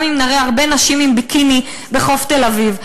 גם אם נראה הרבה נשים עם ביקיני בחוף תל-אביב,